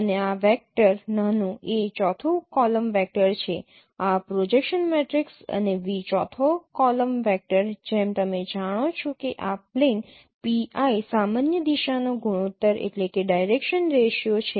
અને આ વેક્ટર નાનું a ચોથું કોલમ વેક્ટર છે આ પ્રોજેક્શન મેટ્રિક્સ અને v ચોથો કોલમ વેક્ટર જેમ તમે જાણો છો કે આ પ્લેન pi સામાન્ય દિશાનો ગુણોત્તર છે